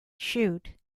chute